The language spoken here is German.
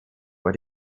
vor